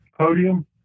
podium